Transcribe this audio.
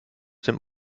dem